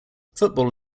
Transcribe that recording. football